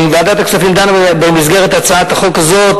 ועדת הכספים דנה, במסגרת הצעת החוק הזאת,